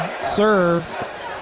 serve